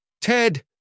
Ted